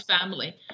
family